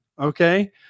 okay